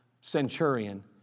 centurion